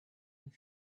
and